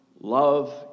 Love